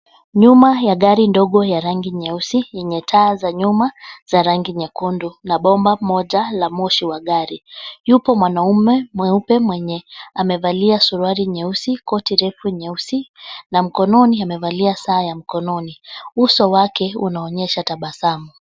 Nyuma ya gari ndogo ya rangi nyeusi yenye taa za nyuma za rangi nyekundu na bomba moja la moshi wa gari. Yupo mwanaume mweupe mwenye amevalia suruali nyeusi, koti refu nyeusi na mkononi amevalia saa ya mkononi. uso wake unaonyesha tabasamu.